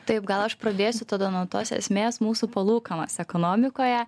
taip gal aš pradėsiu tada nuo tos esmės mūsų palūkanos ekonomikoje